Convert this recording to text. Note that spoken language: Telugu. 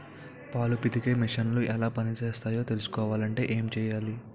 పాలు పితికే మిసన్లు ఎలా పనిచేస్తాయో తెలుసుకోవాలంటే ఏం చెయ్యాలి?